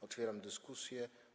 Otwieram dyskusję.